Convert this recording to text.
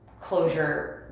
closure